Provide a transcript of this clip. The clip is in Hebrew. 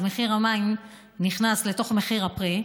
אז מחיר המים נכנס למחיר הפרי,